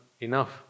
enough